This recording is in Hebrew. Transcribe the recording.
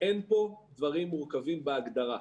אין פה דברים מורכבים בהגדרה.